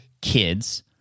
kids